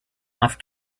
off